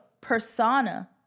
persona